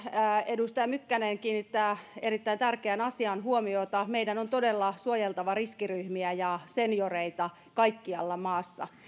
edustaja mykkänen kiinnittää erittäin tärkeään asiaan huomiota meidän on todella suojeltava riskiryhmiä ja senioreita kaikkialla maassa